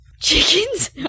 Chickens